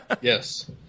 Yes